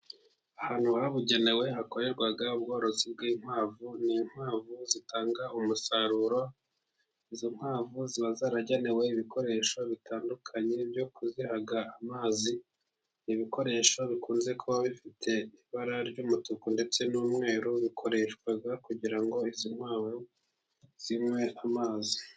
Ahantu habugenewe hakorerwa ubworozi bw'inkwavu, ni inkwavu zitanga umusaruro, izo nkwavu ziba zaragenewe ibikoresho bitandukanye byo kuziha amazi, ibikoresho bikunze kuba bifite ibara ry'umutuku ndetse n'umweru, bikoreshwa kugira ngo izi nkwavu zinywe amazi.